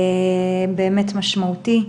באמת משמעותי.